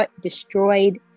destroyed